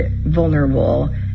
vulnerable